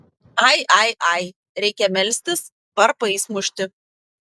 ai ai ai reikia melstis varpais mušti